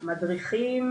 מדריכים